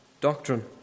doctrine